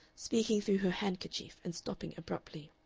speaking through her handkerchief and stopping abruptly.